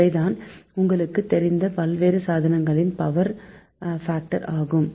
இவைதான் உங்களுக்கு தெரிந்த பல்வேறு சாதனங்களின் பவர் பாக்டர் ஆகும்